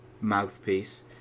mouthpiece